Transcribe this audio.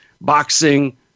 boxing